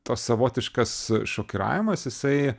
tos savotiškas šokiravimas jisai